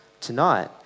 tonight